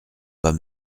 pas